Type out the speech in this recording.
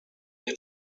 nie